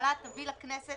שהממשלה תביא לכנסת,